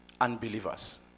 Unbelievers